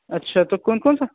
अच्छा तो कौन कौन सा